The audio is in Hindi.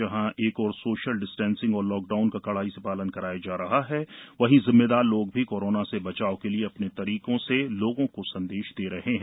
जहां एक और सोशल डिस्टेंसिंग और लॉकडाउन का कड़ाई से पालन कराया जा रहा ह वहीं जिम्मेदार लोग भी कोरोना से बचाव के लिए अपने तरीके से लोगों को संदेश दे रहे हैं